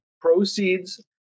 proceeds